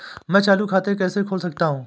मैं चालू खाता कैसे खोल सकता हूँ?